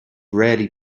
rarely